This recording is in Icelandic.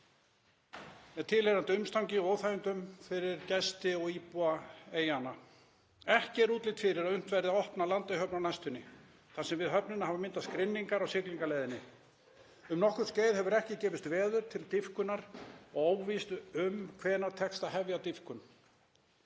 með tilheyrandi umstangi og óþægindum fyrir gesti og íbúa eyjanna. Ekki er útlit fyrir að unnt verði að opna Landeyjahöfn á næstunni þar sem við höfnina hafa myndast grynningar á siglingaleiðinni. Um nokkurt skeið hefur ekki gefist veður til dýpkunar og óvíst um hvenær tekst að hefja dýpkun.